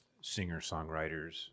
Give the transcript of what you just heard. singer-songwriters